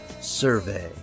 survey